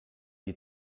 die